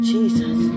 Jesus